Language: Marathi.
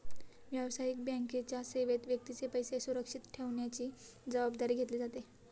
व्यावसायिक बँकेच्या सेवेत व्यक्तीचे पैसे सुरक्षित ठेवण्याची जबाबदारी घेतली जाते